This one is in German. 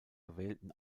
gewählten